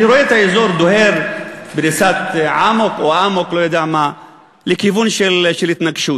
אני רואה את האזור דוהר בריצת אמוק לכיוון של התנגשות